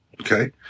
okay